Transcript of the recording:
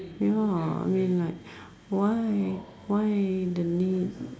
you know uh I mean like why why the need